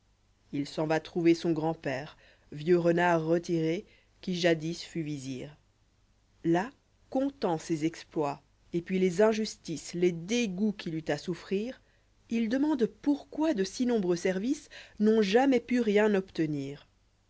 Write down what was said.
il s'en va trouver son grand-père vieux renard retiré qui jadis fut visïr là contant ses exploits et puis les injustices les dégoûts qu'il eut à souffrir il deffiande pourquoi de si noriibreux services n'ont jamais pu rien obtenir